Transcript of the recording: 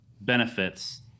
benefits